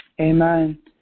Amen